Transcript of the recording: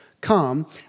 Come